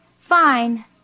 Fine